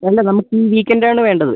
അല്ല നമുക്ക് ഈ വീക്കെൻ്റ് ആണ് വേണ്ടത്